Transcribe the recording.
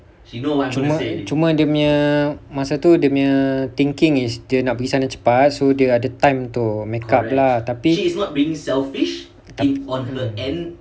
cuma cuma dia punya masa tu thinking is dia nak pergi sana cepat so dia ada time to makeup lah tapi